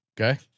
Okay